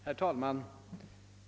Herr talman!